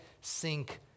sink